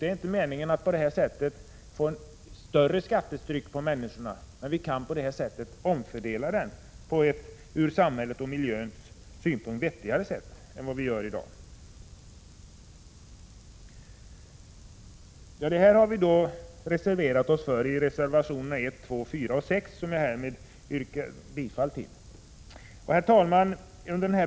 Det är inte meningen att skattetrycket på människor skall bli större, men vi kan på det här viset omfördela det på ett ur samhällets och miljöns synvinkel vettigare sätt än i dag. Detta har vi uttalat oss för i reservationerna 1, 2, 4 och 6, som jag härmed yrkar bifall till.